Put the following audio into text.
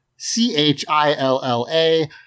C-H-I-L-L-A